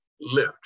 lift